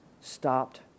stopped